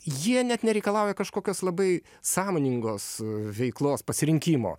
jie net nereikalauja kažkokios labai sąmoningos veiklos pasirinkimo